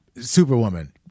Superwoman